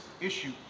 issue